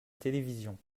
télévision